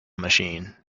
machine